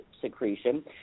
secretion